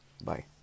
Bye